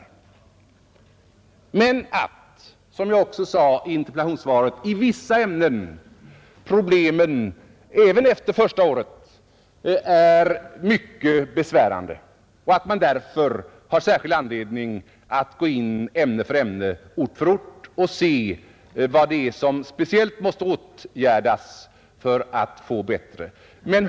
I vissa ämnen är, som jag också sade i interpellationssvaret, problemen även efter första året mycket besvärande, och man har därför särskild anledning att gå in ämne för ämne, ort för ort och se vad det är som speciellt måste åtgärdas för att få bättre förhållanden.